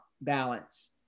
balance